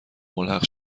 ملحق